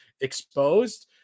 exposed